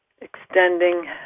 extending